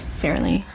fairly